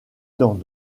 dans